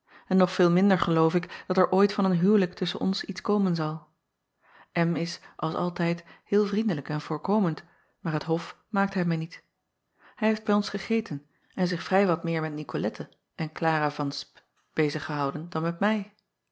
en nog veel minder geloof ik dat er ooit van een huwelijk tusschen ons iets komen zal is als altijd heel vriendelijk en voorkomend maar het hof maakt hij mij niet ij heeft bij ons gegeten en zich vrij wat meer met icolette en lara v p bezig gehouden dan met mij